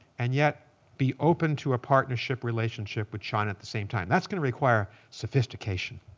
and yet be open to a partnership relationship with china at the same time. that's going to require sophistication.